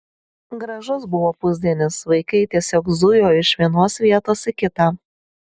gražus buvo pusdienis vaikai tiesiog zujo iš vienos vietos į kitą